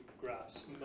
graphs